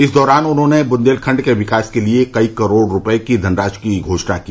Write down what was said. इस दौरान उन्होंने ब्रेदेलखंड के विकास के लिये कई करोड़ रूपये धनराशि की घोषणा भी की